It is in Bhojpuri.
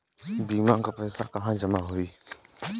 बीमा क पैसा कहाँ जमा होई?